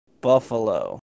Buffalo